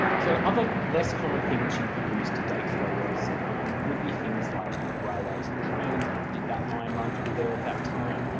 so other less common things you could use to date photos would be things like railways and trains, did that line run through there at that time?